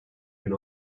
bin